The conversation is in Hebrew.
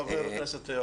הבריאות.